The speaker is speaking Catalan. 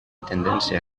tendència